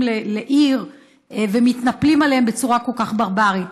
לעיר ומתנפלים עליהם בצורה כל כך ברברית,